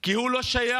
כי הוא לא שייך